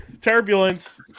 turbulence